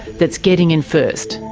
that's getting in first.